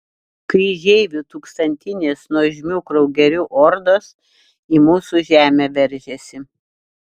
kryžeivių tūkstantinės nuožmių kraugerių ordos į mūsų žemę veržiasi